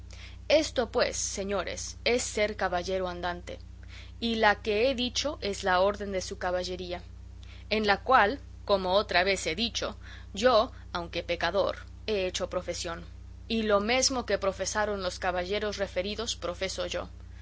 esto pues señores es ser caballero andante y la que he dicho es la orden de su caballería en la cual como otra vez he dicho yo aunque pecador he hecho profesión y lo mesmo que profesaron los caballeros referidos profeso yo